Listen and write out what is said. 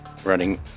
running